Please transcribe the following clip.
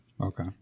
Okay